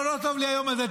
לא טוב לי היום הזה,